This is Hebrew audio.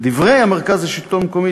לדברי מרכז השלטון המקומי,